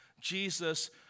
Jesus